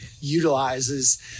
utilizes